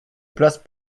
place